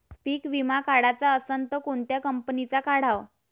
पीक विमा काढाचा असन त कोनत्या कंपनीचा काढाव?